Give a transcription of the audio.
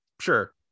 sure